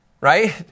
right